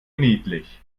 niedlich